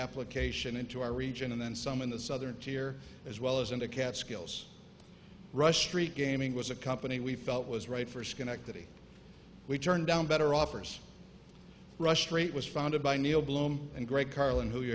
application into our region and then some in the southern tier as well as into catskills rush street gaming was a company we felt was right for schenectady we turned down better offers rush rate was founded by neil blum and greg carlin who